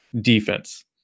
defense